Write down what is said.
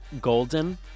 golden-